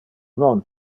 non